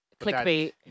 Clickbait